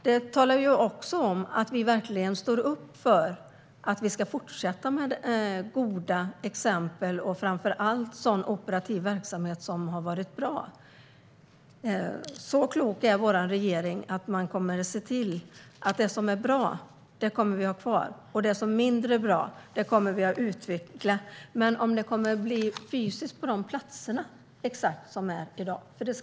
Vi talar om att vi verkligen står upp för att vi ska fortsätta med goda exempel, framför allt sådan operativ verksamhet som har varit bra. Så klok är vår regering att den kommer att se till att det som är bra blir kvar och det som är mindre bra utvecklas. Om det blir på exakt de platser där verksamheterna finns fysiskt i dag får vi se.